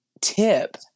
tip